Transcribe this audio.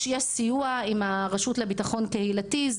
יש סיוע עם הרשות לביטחון קהילתי,